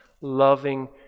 loving